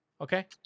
Okay